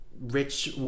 rich